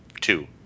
two